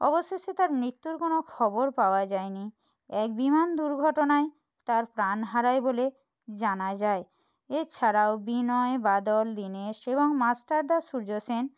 অবশেষে তাঁর মৃত্যুর কোনো খবর পাওয়া যায় নি এক বিমান দুর্ঘটনায় তাঁর প্রাণ হারায় বলে জানা যায় এছাড়াও বিনয় বাদল দীনেশ এবং মাস্টারদা সূর্য সেন